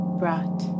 brought